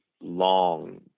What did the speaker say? long